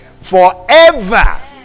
Forever